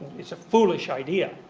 it's a foolish idea.